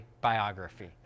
biography